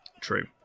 True